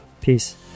Peace